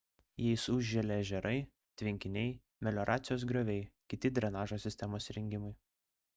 jais užželia ežerai tvenkiniai melioracijos grioviai kiti drenažo sistemos įrengimai